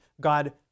God